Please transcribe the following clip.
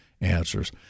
answers